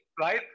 Right